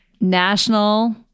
national